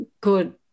good